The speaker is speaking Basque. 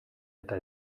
eta